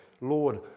Lord